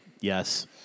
Yes